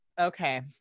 Okay